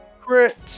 Crit